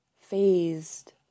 phased